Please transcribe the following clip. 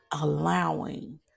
allowing